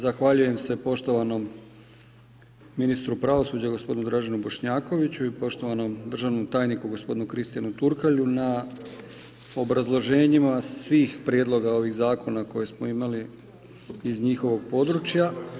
Zahvaljujem se poštovanom ministru pravosuđa Draženu Bošnjakoviću i poštovanom državnom tajniku gospodinu Kristijanu Turkalju na obrazloženjima svih prijedloga ovih zakona koje smo imali iz njihovog područja.